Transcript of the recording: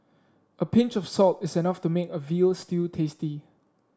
a pinch of salt is enough to make a veal stew tasty